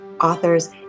authors